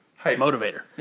motivator